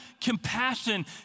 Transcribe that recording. compassion